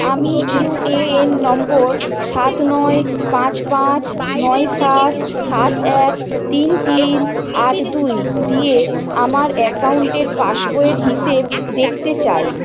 আমি ইউএএন নম্বর সাত নয় পাঁচ পাঁচ নয় সাত সাত এক তিন তিন আট দুই দিয়ে আমার অ্যাকাউন্টের পাসবইয়ের হিসেব দেখতে চাই